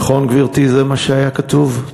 נכון, גברתי, זה מה שהיה כתוב?